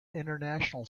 international